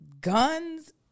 guns